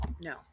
No